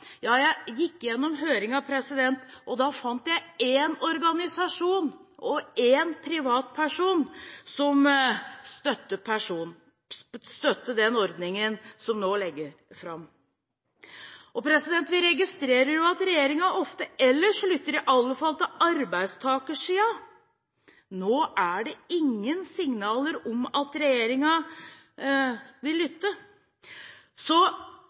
ja, de fleste som er opptatt av likestilling, har advart. Jeg gikk gjennom høringen, og da fant jeg én organisasjon og én privatperson som støtter den ordningen som nå legges fram. Vi registrerer at regjeringen ofte ellers lytter til iallfall arbeidstakersiden. Nå er det ingen signaler om at regjeringen vil lytte.